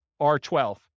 R12